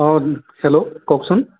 অ' hello কওকচোন